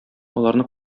аларны